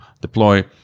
deploy